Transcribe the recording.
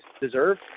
deserve